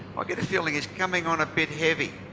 get a feeling he's coming on a bit heavy.